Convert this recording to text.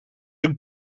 een